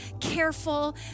careful